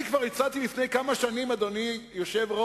אני כבר הצעתי לפני כמה שנים, אדוני היושב-ראש,